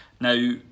Now